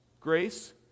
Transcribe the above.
grace